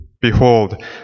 behold